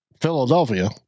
Philadelphia